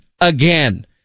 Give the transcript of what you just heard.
again